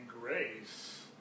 grace